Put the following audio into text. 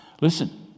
Listen